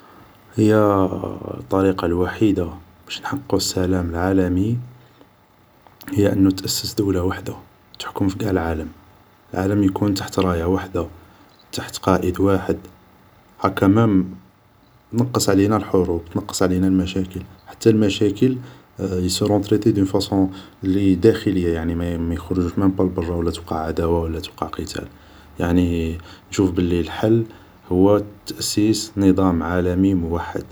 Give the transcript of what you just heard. هيا الطريقة الوحيدة باش نحققو السلام العالمي هيا أنو تتأسس دولة واحدة تحكم في ڨاع العالم العالم يكون تحت راية واحدة تحت قائد واحد هكا مام تنقص علينا الحروب تنقص علينا المشاكل حتى المشاكل إل سورون تريتي دون فاصون لي داخلية يعني ما يخرجوش مامبا لبرا ولا توقع عداوة و لا توقع قتال يعني نشوف بلي الحل هو تأسيس نضام عالمي موحد